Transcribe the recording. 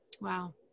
Wow